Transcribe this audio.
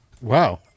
Wow